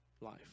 life